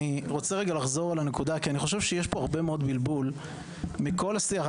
אני רוצה לחזור על הנקודה כי אני חושב שיש פה הרבה בלבול בכל השיח.